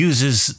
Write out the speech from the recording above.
Uses